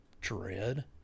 Dread